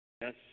Yes